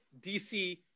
DC